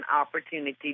opportunity